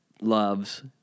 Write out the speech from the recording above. love's